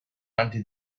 until